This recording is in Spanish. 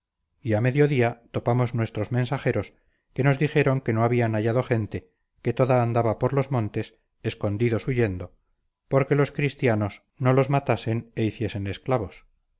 y a mediodía topamos nuestros mensajeros que nos dijeron que no habían hallado gente que toda andaba por los montes escondidos huyendo porque los cristianos no los matasen e hiciesen esclavos